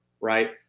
right